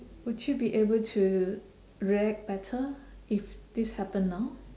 would you be able to react better if this happen now